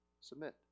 submit